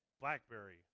blackberry